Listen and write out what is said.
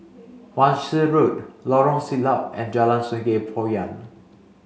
Wan Shih Road Lorong Siglap and Jalan Sungei Poyan